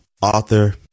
Author